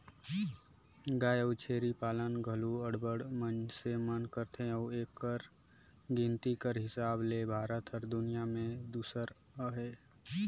गाय अउ छेरी पालन घलो अब्बड़ मइनसे मन करथे अउ एकर गिनती कर हिसाब ले भारत हर दुनियां में दूसर अहे